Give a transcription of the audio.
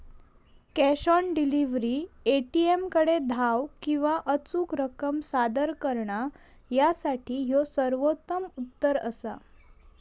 cash on delivery, ए.टी.एमकडे धाव किंवा अचूक रक्कम सादर करणा यासाठी ह्यो सर्वोत्तम उत्तर असा